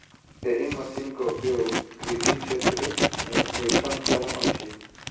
एहि मशीनक उपयोग कृषि क्षेत्र मे एखन कम अछि